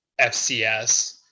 fcs